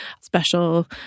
special